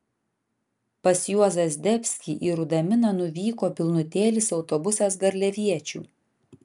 pas juozą zdebskį į rudaminą nuvyko pilnutėlis autobusas garliaviečių